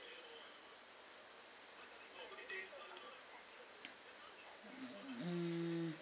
mm